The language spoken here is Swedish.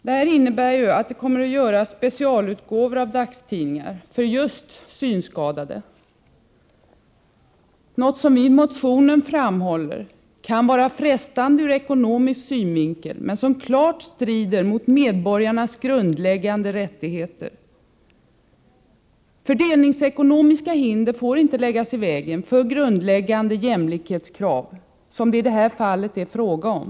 Det innebär att det kommer att göras specialutgåvor av dagstidningar just för synskadade, något som vi i motionen framhåller kan vara frestande ur ekonomisk synvinkel men som klart strider mot medborgarnas grundläggande rättigheter. Fördelningsekonomiska hinder får inte läggas i vägen för grundläggande jämlikhetskrav, som det i det här fallet är fråga om.